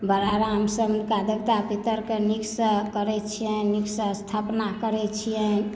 बर आराम सऽ हुनका देवता पितर के नीक सऽ करै छियनि नीक सॅं स्थापना करै छियनि